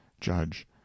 Judge